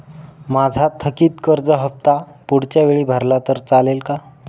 माझा थकीत कर्ज हफ्ता पुढच्या वेळी भरला तर चालेल का?